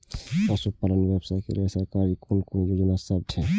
पशु पालन व्यवसाय के लेल सरकारी कुन कुन योजना सब छै?